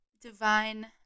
divine